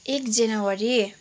एक जनवरी